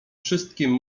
wszystkim